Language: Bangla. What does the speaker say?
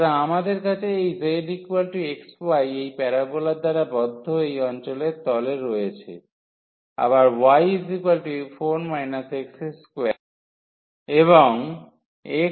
সুতরাং আমাদের কাছে এই zxy এই প্যারোবোলার দ্বারা বদ্ধ এই অঞ্চলের তলে রয়েছে আবার y4 x2 এবং x1 এবং x2